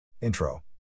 Intro